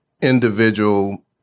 individual